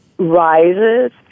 rises